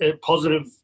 positive